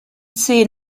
zehn